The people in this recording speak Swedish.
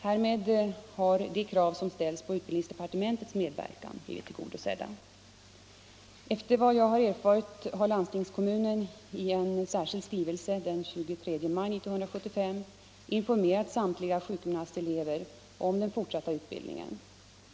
Härmed har de krav som ställts på utbildningsdepartementets medverkan blivit tillgodosedda. Efter vad jag erfarit har landstingskommunen i en särskild skrivelse den 23 maj 1975 informerat samtliga sjukgymnastelever om den fortsatta utbildningen.